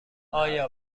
آیا